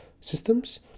systems